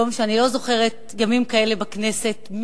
אני לא זוכרת ימים כאלה בכנסת,